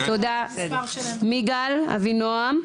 מיגל אבינועם.